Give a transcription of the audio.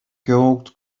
gold